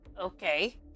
Okay